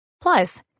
Plus